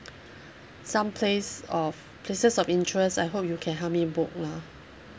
some place of places of interest I hope you can help me book lah